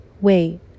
Wait